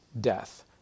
death